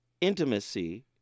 intimacy